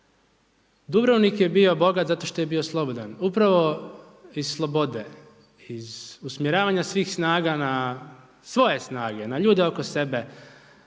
Dubrovnik je bio bogat zato što je bio slobodan. Upravo iz slobode, iz usmjeravanja svih snaga na svoje snage, na ljude oko sebe